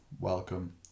welcome